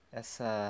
essa